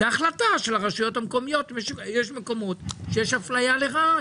זו החלטה של רשויות מקומיות ויש מקומות שיש אפליה לרעה,